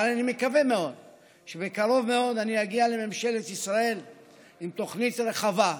אבל אני מקווה מאוד שבקרוב מאוד אני אגיע לממשלת ישראל עם תוכנית רחבה,